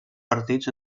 partits